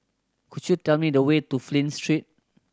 could you tell me the way to Flint Street